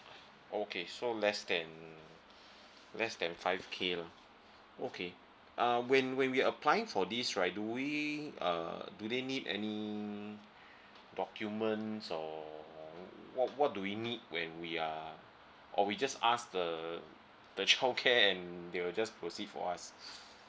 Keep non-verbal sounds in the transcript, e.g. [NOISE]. [BREATH] okay so less than less than five K lah okay um when when we applying for this right do we uh do they need any [BREATH] document or what what do we need when we are or we just ask the the the childcare and they will just proceed for us [BREATH]